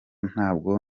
ntabwo